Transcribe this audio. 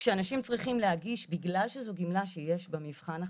כשאנשים צריכים להגיש בגלל שזו פעולה שיש בה מבחן הכנסה,